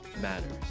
matters